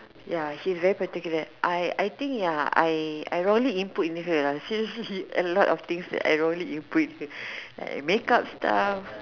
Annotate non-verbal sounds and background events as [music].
ya she's very particular I I think ya I wrongly input in her lah seriously [laughs] I wrongly input like make up stuff